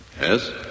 Yes